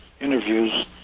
interviews